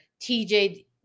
TJ